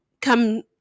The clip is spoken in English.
come